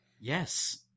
Yes